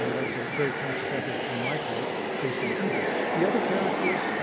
you know that was a very conscious effort on my part based on feedback. the other characters,